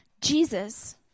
Jesus